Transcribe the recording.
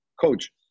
Coach